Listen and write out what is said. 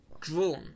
drawn